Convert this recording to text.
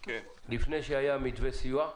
עוד לפני שהיה מתווה הסיוע,